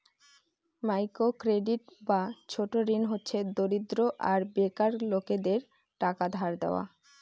micro credit বা ছোট ঋণ হচ্ছে দরিদ্র আর বেকার লোকেদের টাকা ধার দেওয়া